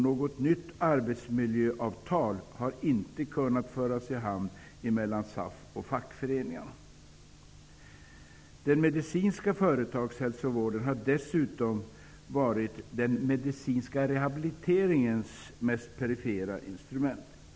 Något nytt arbetsmiljöavtal har inte kunnat föras i hamn mellan fackföreningarna och SAF. Den medicinska företagshälsovården har dessutom varit den medicinska rehabiliteringens mest perifera instrument.